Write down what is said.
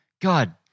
God